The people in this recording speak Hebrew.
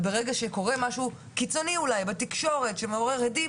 והוא יעלה חזרה רק ברגע שקורה משהו קיצוני בתקשורת שמעורר הדים.